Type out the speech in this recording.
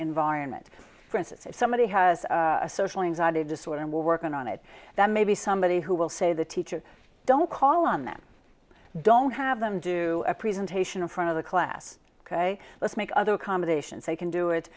environment for instance if somebody has a social anxiety disorder and we're working on it that maybe somebody who will say the teacher don't call on them don't have them do a presentation in front of the class ok let's make other accommodations they can do it